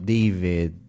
David